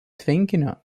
tvenkinio